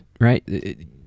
right